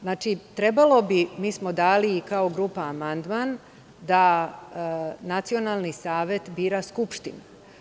Znači, trebalo bi, mi smo dali i kao grupa amandman, da Nacionalni savet bira Skupština.